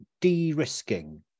de-risking